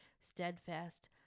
steadfast